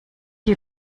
you